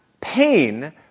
pain